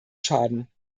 schaden